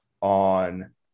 on